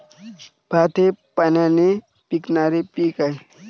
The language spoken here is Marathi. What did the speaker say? भात हे पाण्याने पिकणारे पीक आहे